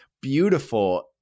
beautiful